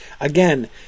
Again